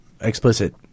explicit